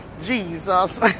Jesus